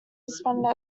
suspended